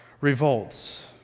revolts